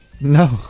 No